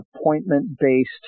appointment-based